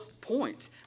point